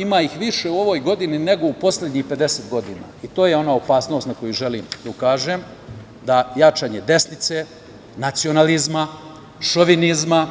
Ima ih više u ovoj godini, nego u poslednjih 50 godina i to je ona opasnost na koju želim da ukažem, da jačanje desnice, nacionalizma, šovinizma